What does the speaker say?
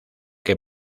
que